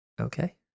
Okay